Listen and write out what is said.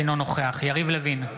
אינו נוכח יריב לוין,